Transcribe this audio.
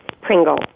Pringle